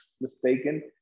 mistaken